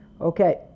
Okay